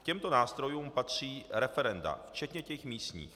K těmto nástrojům patří referenda, včetně těch místních.